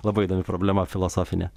labai įdomi problema filosofinė